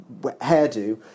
hairdo